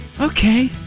Okay